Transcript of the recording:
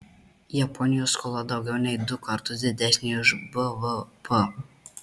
japonijos skola daugiau nei du kartus didesnė už bvp